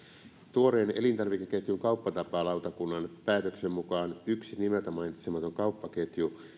tuoreen elintarvikeketjun kauppatapalautakunnan päätöksen mukaan yksi nimeltä mainitsematon kauppaketju